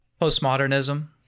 postmodernism